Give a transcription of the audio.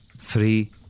Three